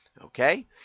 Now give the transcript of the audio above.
Okay